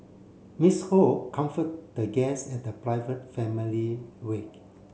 Ms Ho comfort the guests at the private family wake